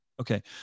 Okay